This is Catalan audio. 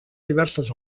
diverses